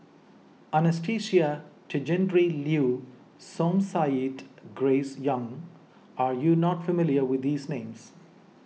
Anastasia Tjendri Liew Som Said Grace Young are you not familiar with these names